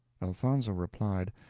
elfonzo replied,